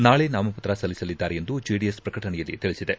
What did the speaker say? ನಾಳಿ ನಾಮಪತ್ರ ಸಲ್ಲಿಸಲಿದ್ದಾರೆ ಎಂದು ಜೆಡಿಎಸ್ ಪ್ರಕಟಣೆಯಲ್ಲಿ ತಿಳಿಸಿದೆ